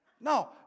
No